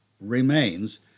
remains